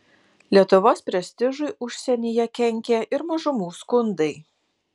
lietuvos prestižui užsienyje kenkė ir mažumų skundai